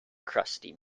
crusty